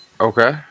Okay